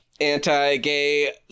anti-gay